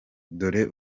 dore